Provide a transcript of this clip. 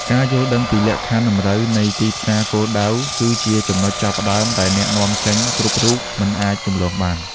ការយល់ដឹងពីលក្ខខណ្ឌតម្រូវនៃទីផ្សារគោលដៅ គឺជាចំណុចចាប់ផ្ដើមដែលអ្នកនាំចេញគ្រប់រូបមិនអាចរំលងបាន។